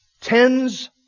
Tens